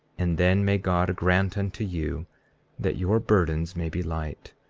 and then may god grant unto you that your burdens may be light,